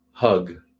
Hug